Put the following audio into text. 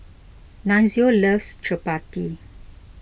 Nunzio loves Chapati